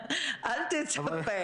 או לאחות,